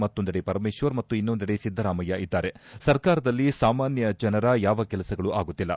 ಮತ್ತೊಂದೆಡೆ ಪರಮೇಶ್ವರ್ ಮತ್ತು ಇನ್ನೊಂದೆಡೆ ಸಿದ್ದರಾಮಯ್ಯ ಇದ್ದಾರೆ ಸರ್ಕಾರದಲ್ಲಿ ಸಾಮಾನ್ಯ ಜನರ ಯಾವ ಕೆಲಸಗಳೂ ಆಗುತ್ತಿಲ್ಲ